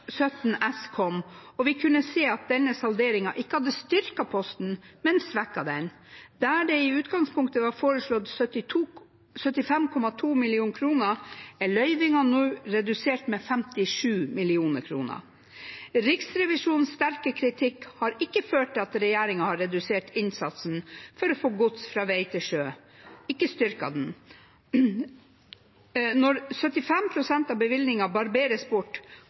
17 S kom og vi kunne se at denne salderingen ikke hadde styrket posten, men svekket den. Der det i utgangspunktet var foreslått 75,2 mill. kr, er løyvingen nå redusert med 57 mill. kr. Riksrevisjonens sterke kritikk har ikke ført til at regjeringen har styrket innsatsen for å få gods fra veg til sjø. Når 75 pst. av bevilgningen barberes bort,